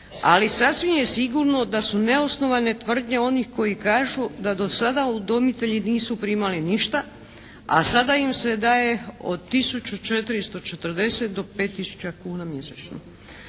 ali sasvim je sigurno da su neosnovane tvrdnje onih koji kažu da udomitelji do sada nisu primali ništa a sada im se daje od tisuću 440 do 5 tisuća kuna mjesečno.